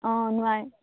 অঁ নোৱাৰে